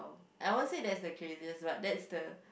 I won't say that's the craziest but that's the